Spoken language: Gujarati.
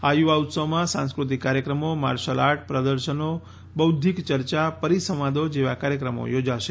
આ યુવા ઉત્સવમાં સાંસ્કૃતિક કાર્યક્રમો માર્શલ આર્ટ પ્રદર્શનો બૌઘ્ઘિક યર્ચા પરિસંવાદો જેવા કાર્યક્રમો યોજાશે